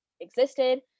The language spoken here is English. existed